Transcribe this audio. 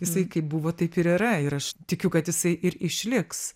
jisai kaip buvo taip ir yra ir aš tikiu kad jisai ir išliks